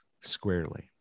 squarely